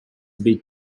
bid